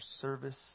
service